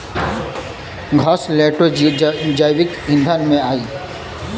घासलेटो जैविक ईंधन में आई